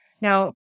Now